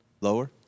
Lower